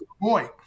boy